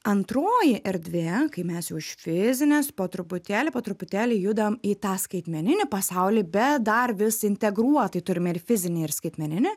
antroji erdvė kai mes jau iš fizinės po truputėlį po truputėlį judam į tą skaitmeninį pasaulį bet dar vis integruotai turime ir fizinį ir skaitmeninį